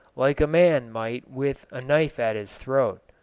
like a man might with a knife at his throat.